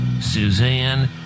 Suzanne